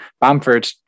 Bamford